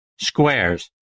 squares